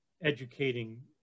educating